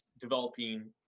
developing